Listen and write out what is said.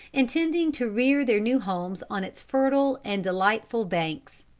intending to rear their new homes on its fertile and delightful banks.